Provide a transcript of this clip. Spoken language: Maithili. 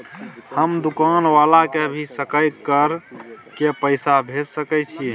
हम दुकान वाला के भी सकय कर के पैसा भेज सके छीयै?